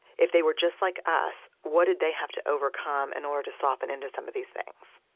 if they were just like us, what did they have to overcome in order to soften into some of these things?